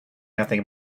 nothing